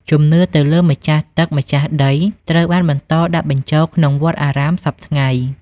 ជំនឿ ទៅលើម្ចាស់ទឹកម្ចាស់ដីត្រូវបានបន្តដាក់បញ្ចូលក្នុងវត្តអារាមសព្វថ្ងៃ។